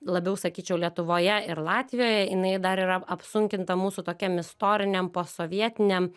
labiau sakyčiau lietuvoje ir latvijoje jinai dar yra apsunkinta mūsų tokiam istoriniam posovietiniam